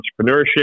entrepreneurship